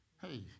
hey